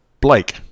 Blake